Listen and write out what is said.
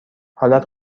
حالت